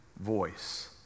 voice